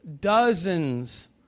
dozens